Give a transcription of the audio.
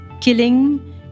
killing